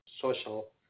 social